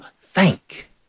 thank